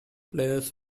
players